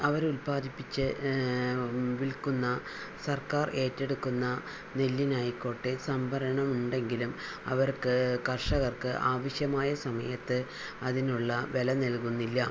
അവർ ഉത്പാദിപ്പിച്ച് വിൽക്കുന്ന സർക്കാർ ഏറ്റെടുക്കുന്ന നെല്ലിനായിക്കോട്ടെ സംവരണം ഉണ്ടെങ്കിലും അവർക്ക് കർഷകർക്ക് ആവശ്യമായ സമയത്ത് അതിനുള്ള വില നൽകുന്നില്ല